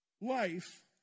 life